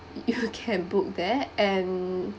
you can book there and